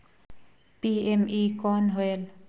PME कौन होयल?